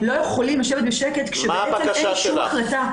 זה בשדה של